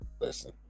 listen